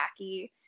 wacky